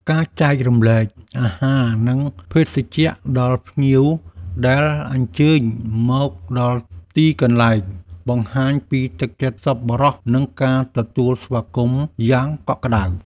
ការចែករំលែកអាហារ និងភេសជ្ជៈដល់ភ្ញៀវដែលអញ្ជើញមកដល់ទីកន្លែង បង្ហាញពីទឹកចិត្តសប្បុរសនិងការទទួលស្វាគមន៍យ៉ាងកក់ក្តៅ។